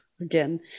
again